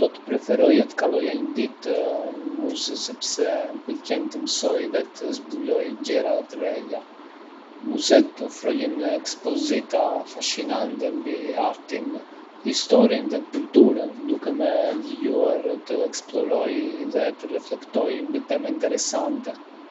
Do të preferoja të kaloja një ditë në muze sepse më pëlqen të mësoj dhe të zbuloj gjëra të reja. Muzetë ofrojnë ekspozita fascinante mbi artin, historinë dhe kulturën, duke më lejuar të eksploroj dhe të reflektoj mbi tema interesante.